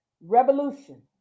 revolution